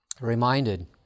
reminded